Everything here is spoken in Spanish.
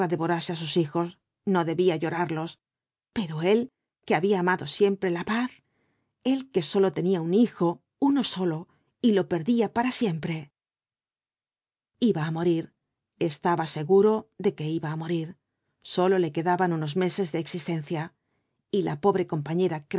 guerra devorase á sus hijos no debía llorarlos pero él que había amado siempre la paz él que sólo tenía un hijo uno sólo y lo perdía para siempre iba á morir estaba seguro de que iba á morir sólo le quedaban unos meses de existencia y la pobre compañera